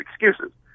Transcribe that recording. excuses